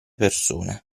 persone